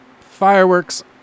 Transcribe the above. Fireworks